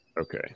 Okay